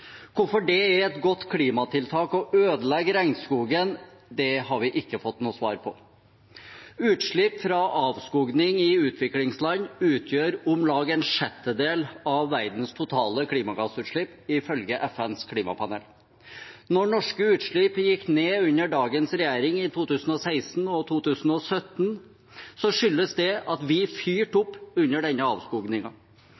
Hvorfor det er et godt klimatiltak å ødelegge regnskogen, har vi ikke fått noe svar på. Utslipp fra avskoging i utviklingsland utgjør om lag en sjettedel av verdens totale klimagassutslipp, ifølge FNs klimapanel. Når norske utslipp gikk ned i 2016 og 2017, under dagens regjering, skyldtes det at vi fyrte